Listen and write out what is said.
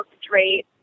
straight